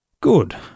Good